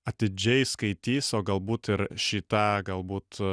atidžiai skaitys o galbūt ir šį tą galbūt